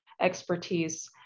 expertise